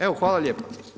Evo, hvala lijepa.